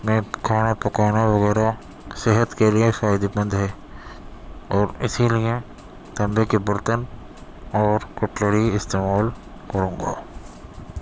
میں کھانا پکانا وغیرہ صحت کے لیے فائدے مند ہے اور اسی لیے تانبے کے برتن اور کٹلری استعمال کروں گا